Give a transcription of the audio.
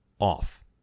off